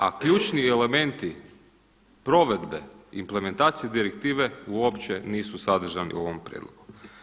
A ključni elementi provedbe implementacije direktive uopće nisu sadržani u ovom prijedlogu.